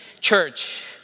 Church